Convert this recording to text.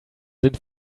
sind